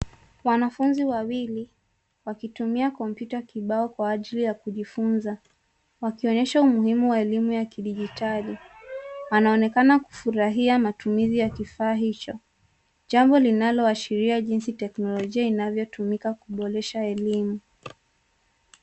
Wanafunzi wawili wakitumia kompyuta kibao kwa ajili ya kujifunza wakionyesha umuhimu wa elimu ya kidijitali. Wanaonekana kufurahia matumizi ya kifaa hicho, jambo linaloashiria jinsi teknolojia inavyotumika kuboresha elimu.